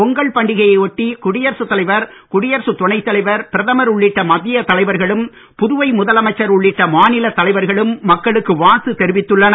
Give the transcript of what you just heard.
பொங்கல் பண்டிகையை ஒட்டி குடியரசுத் தலைவர் குடியரசுத் துணைத் தலைவர் பிரதமர் உள்ளிட்ட மத்திய தலைவர்களும் புதுவை முதலமைச்சர் உள்ளிட்ட மாநிலத் தலைவர்களும் மக்களுக்கு வாழ்த்து தெரிவித்துள்ளனர்